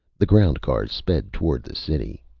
the ground cars sped toward the city.